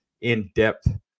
in-depth